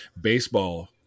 baseball